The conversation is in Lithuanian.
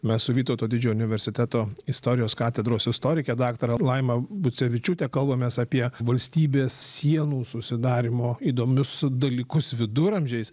mes su vytauto didžiojo universiteto istorijos katedros istorike daktare laima bucevičiūtė kalbamės apie valstybės sienų susidarymo įdomius dalykus viduramžiais